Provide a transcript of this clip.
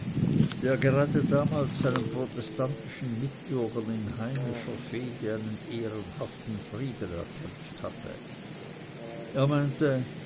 der gerade damals seinen protestantischen mitbürgern in heimischer fehde einen ehrenhaften frieden erkämpft hatte er meinte